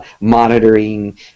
monitoring